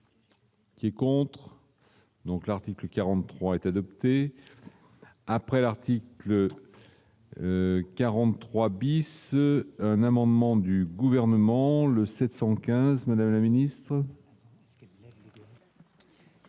43. Ces contrats. Donc, l'article 43 est adoptée après l'article 43 bis. Un amendement du gouvernement le 715 Madame la ministre.